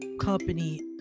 company